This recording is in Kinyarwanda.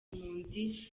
impunzi